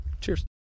Cheers